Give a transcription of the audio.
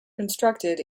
constructed